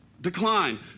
decline